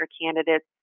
candidates